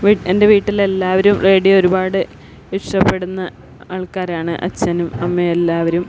വീട് എന്റെ വീട്ടിലെല്ലാവരും റേഡിയോ ഒരുപാട് ഇഷ്ടപ്പെടുന്ന ആൾക്കാരാണ് അച്ഛനും അമ്മയും എല്ലാവരും